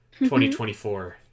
2024